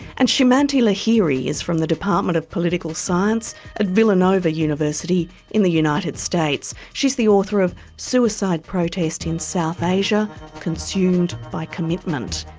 and simanti lahiri is from the department of political science at villanova university in the united states. she's the author of suicide protest in south asia consumed by commitment,